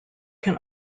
can